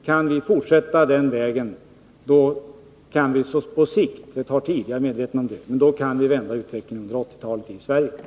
Kan vi fortsätta på den vägen kan vi på sikt — det tar tid, jag är medveten om det — vända utvecklingen i Sverige under 1980-talet.